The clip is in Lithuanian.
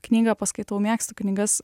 knygą paskaitau mėgstu knygas